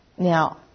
Now